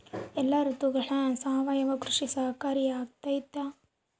ಎಲ್ಲ ಋತುಗಳಗ ಸಾವಯವ ಕೃಷಿ ಸಹಕಾರಿಯಾಗಿರ್ತೈತಾ?